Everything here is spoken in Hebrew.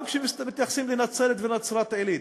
גם כשמתייחסים לנצרת ולנצרת-עילית.